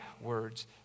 words